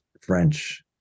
French